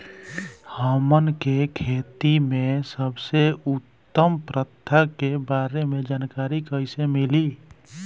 हमन के खेती में सबसे उत्तम प्रथा के बारे में जानकारी कैसे मिली?